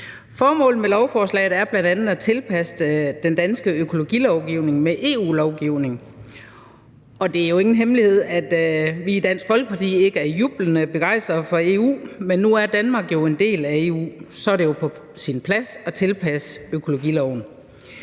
Formålet med lovforslaget er bl.a. at tilpasse den danske økologilovgivning til EU-lovgivningen, og det er ingen hemmelighed, at vi i Dansk Folkeparti ikke er jublende begejstret for EU, men nu er Danmark jo en del af EU, og så er det på sin plads at tilpasse økologiloven.